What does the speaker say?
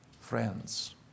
Friends